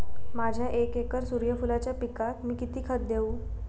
माझ्या एक एकर सूर्यफुलाच्या पिकाक मी किती खत देवू?